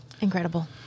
incredible